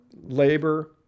labor